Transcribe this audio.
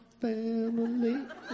family